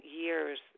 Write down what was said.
years